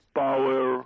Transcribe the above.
power